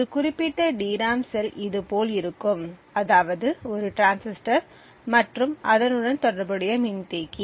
ஒரு குறிப்பிட்ட DRAM cell இதுபோல் இருக்கும் அதாவது ஒரு டிரான்சிஸ்டர் மற்றும் அதனுடன் தொடர்புடைய மின்தேக்கி